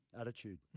Attitude